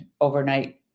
overnight